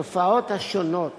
התופעות השונות